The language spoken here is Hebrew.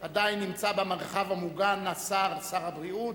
עדיין נמצא במרחב המוגן שר הבריאות,